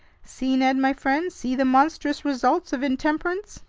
see, ned my friend, see the monstrous results of intemperance!